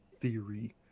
Theory